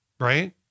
right